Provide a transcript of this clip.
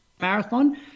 Marathon